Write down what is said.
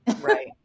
Right